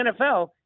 nfl